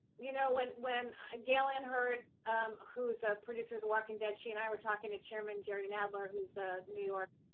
you know when when ah gale anne hurd um who's a producer of the walking dead she and i were talking to chairman jerry and adler, who's a new york,